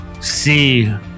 see